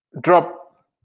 drop